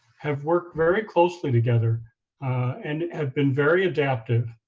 have worked very closely together and have been very adaptive.